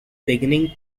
beginning